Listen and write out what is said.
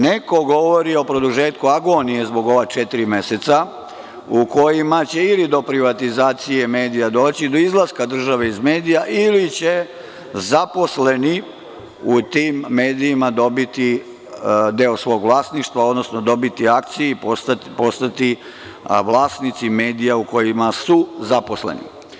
Neko govori o produžetku agonije zbog ova četiri meseca u kojima će ili do privatizacije medija doći do izlaska države iz medija ili će zaposleni u tim medijima dobiti deo svog vlasništva, odnosno dobiti akcije i postati vlasnici medija u kojima su zaposleni.